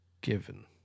given